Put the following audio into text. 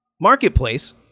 marketplace